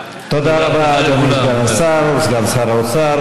תודה רבה לאדוני סגן שר האוצר.